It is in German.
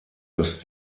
dass